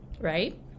right